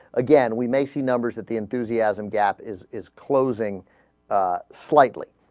again we may see numbers at the enthusiasm gap is is closing ah. slightly